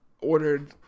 ordered